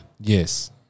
Yes